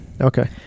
Okay